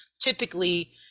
typically